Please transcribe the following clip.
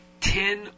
ten